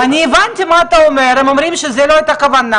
אני לא מכירה כזה